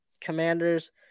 Commanders